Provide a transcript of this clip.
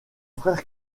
frère